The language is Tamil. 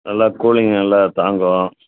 நல்லா கூலிங் நல்லா தாங்கும்